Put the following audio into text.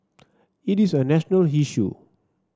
it is a national issue